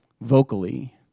vocally